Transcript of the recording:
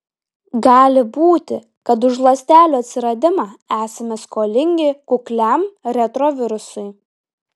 gali būti kad už ląstelių atsiradimą esame skolingi kukliam retrovirusui